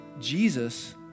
Jesus